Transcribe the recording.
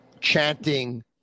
chanting